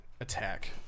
attack